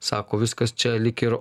sako viskas čia lyg ir